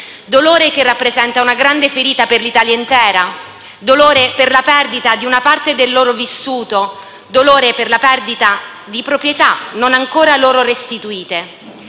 dolore che rappresenta una grande ferita per l'Italia intera; dolore per la perdita di una parte del loro vissuto; dolore per la perdita di proprietà non ancora loro restituite;